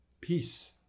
peace